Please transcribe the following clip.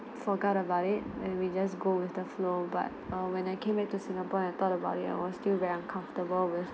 forgot about it and we just go with the flow but err when I came back to singapore and thought about it I was still very uncomfortable with